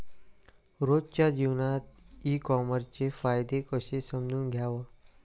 रोजच्या जीवनात ई कामर्सचे फायदे कसे समजून घ्याव?